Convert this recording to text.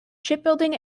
shipbuilding